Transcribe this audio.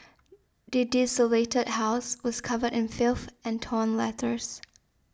the desolated house was covered in filth and torn letters